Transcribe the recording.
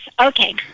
Okay